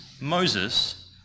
Moses